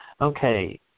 Okay